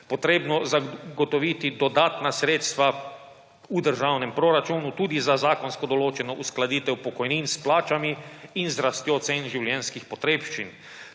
potrebno zagotoviti dodatna sredstva v državnem proračunu tudi za zakonsko določeno uskladitev pokojnin s plačami in z rastjo cen življenjskih potrebščin.